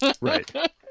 Right